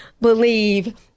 believe